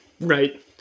right